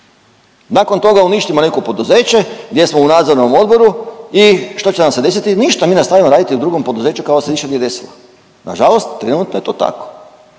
nakon toga uništimo neko poduzeće gdje smo u nadzornom odboru i što će nam se desiti, ništa mi nastavljamo raditi u drugom poduzeću kao da se ništa nije desilo. Nažalost trenutno je to tako